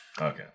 Okay